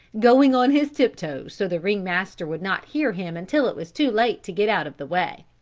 going on his tiptoes so the ring-master would not hear him until it was too late to get out of the way.